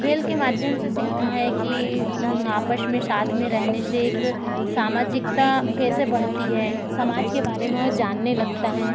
खेल के माध्यम से सीखता है कि आपस में साथ में रहने से एक सामाजिकता कैसे बढ़ती है समाज के बारे में वो जानने लगता हैं